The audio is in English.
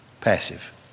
passive